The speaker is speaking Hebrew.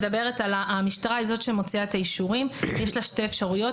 המשטרה היא זאת שמוציאה את האישורים ויש לה שתי אפשרויות.